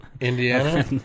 Indiana